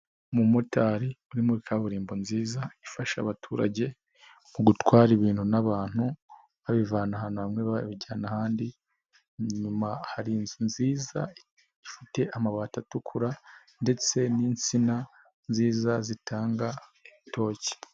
Umu motari uri muri kaburimbo nziza. Ifasha abaturage gutwara ibintu n'abantu babivana ahantu hamwe babijyana ahandi. Inyuma hari inzu nziza ifite amabati atukura ndetse n'insina nziza zitanga ibitoki.